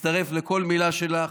מצטרף לכל מילה שלך.